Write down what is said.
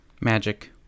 magic